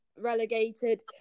relegated